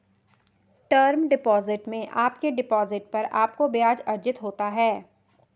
term deposit में आपके deposit पर आपको ब्याज़ अर्जित होता है